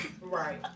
Right